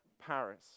Paris